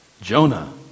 Jonah